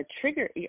trigger